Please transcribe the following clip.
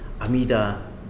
Amida